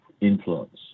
influence